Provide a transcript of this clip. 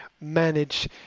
manage